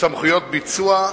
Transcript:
סמכויות ביצוע,